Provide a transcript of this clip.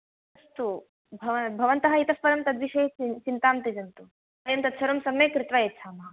अस्तु भव भवन्तः इतःपरं तद्विषये चिन्तां त्यजन्तु वयं तत्सर्वं सम्यक् कृत्वा यच्छामः